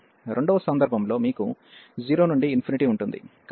రెండవ సందర్భంలో మీకు 0 నుండి ∞ ఉంటుంది